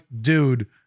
dude